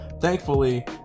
thankfully